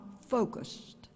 focused